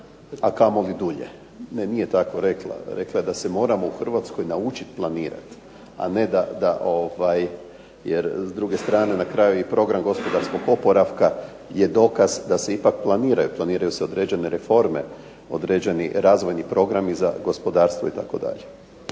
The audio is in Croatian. a kamoli dulje. Ne nije tako rekla, rekla je da se u Hrvatskoj moramo naučiti planirati, a ne da jer s druge strane i program gospodarskog oporavka je dokaz da se ipak planiraju, planiraju se određene reforme, određeni razvojni programi za gospodarstvo itd.